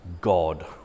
god